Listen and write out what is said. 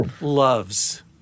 loves